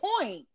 point